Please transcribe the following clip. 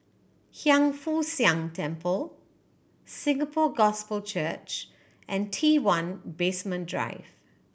Hiang Foo Siang Temple Singapore Gospel Church and T One Basement Drive